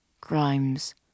Crimes